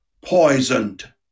poisoned